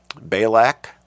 Balak